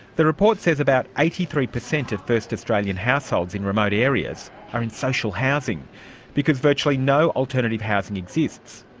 the report says about eighty three percent of first australian households in remote areas are in social housing because virtually no alternative housing exists.